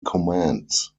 commands